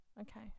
Okay